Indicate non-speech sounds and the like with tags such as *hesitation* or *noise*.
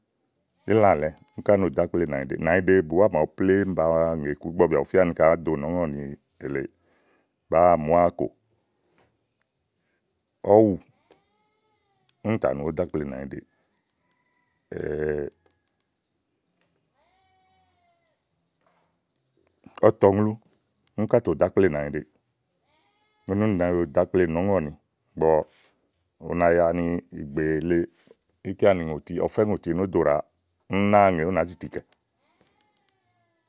ílàlɛ úni ká no dò ákple nànyiɖe, nànyiɖe nànyiɖe bùwá màaɖu plémú ba wa ŋè iku ígbɔ bìà bù fia ni kaɖi áàá do ákple nɔ̀ɔ́ŋɔ̀ni èle bàáa mùáwa kò. ɔ̀wù úní tà nù oɖo ákple nànyiɖeè *hesitation* ɔ̀tɔ ŋlú úni ká tò ɖò ákple nanyiɖèe. úni úni na mi dò ákple nɔ̀ɔ́ŋɔ̀ni, ígbɔ u na ya nì ìgbè le ɔfɛ́ ŋòti no dò ɖàa wàa úni ú náawa ŋe èzì ti kɛ.